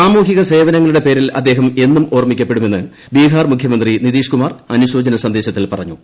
സാമൂഹിക സേവനങ്ങളുടെ പേരിൽ അദ്ദേഹം എന്നും ഓർമ്മിക്കപ്പെടുമെന്ന് ബിഹാർ മുഖ്യമന്ത്രി നിതീഷ് കുമാർ അനുശോചന സന്ദേശത്തിൽ പറഞ്ഞു